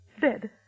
dead